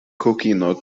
kokino